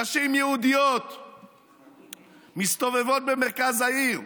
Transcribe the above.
נשים יהודיות מסתובבות במרכז העיר,